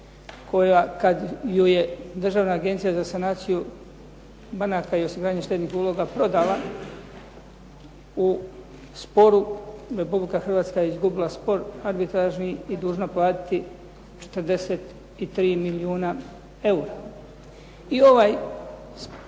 koja kad ju je Državna agencija za sanaciju banaka i osnivanje štednih uloga prodala u sporu Republika Hrvatska je izgubila spor arbitražni i dužna platiti 43 milijuna eura. I ovaj